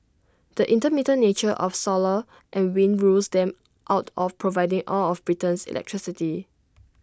the intermittent nature of solar and wind rules them out of providing all of Britain's electricity